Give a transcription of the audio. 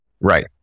Right